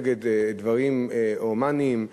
נגד דברים הומניים,